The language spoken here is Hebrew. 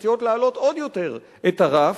שמציעות להעלות עוד יותר את הרף,